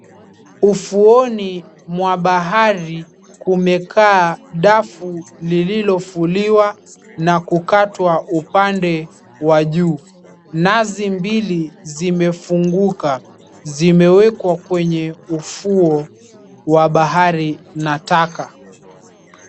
Ufuoni mwa bahari mmekaa dafu lililofuliwa na kukatwa upande wa juu. Nazi mbili zimefunguka zimewekwa kwenye ufuo wa bahari na taka.